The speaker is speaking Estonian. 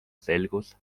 selgus